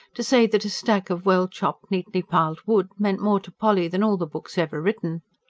to say that a stack of well-chopped, neatly piled wood meant more to polly than all the books ever written.